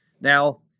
Now